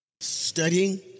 studying